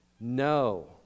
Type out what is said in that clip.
No